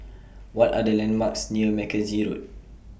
What Are The landmarks near Mackenzie Road